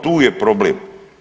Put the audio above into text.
Tu je problem.